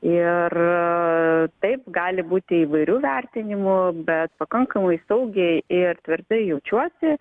ir taip gali būti įvairių vertinimų bet pakankamai saugiai ir tvirtai jaučiuosi